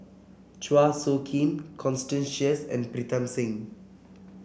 Chua Soo Khim Constance Sheares and Pritam Singh